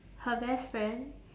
her best friend